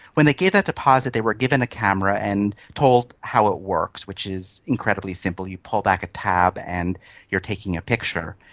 when they gave that deposit they were given a camera and told how it works, which is incredibly simple you back a tab and you're taking a picture.